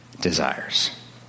desires